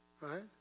right